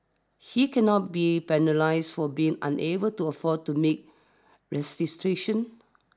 he cannot be penalised for being unable to afford to make restitution